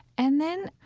and then,